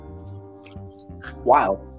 wow